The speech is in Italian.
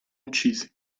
uccisi